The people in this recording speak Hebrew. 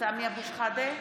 סמי אבו שחאדה,